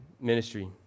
ministry